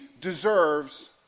deserves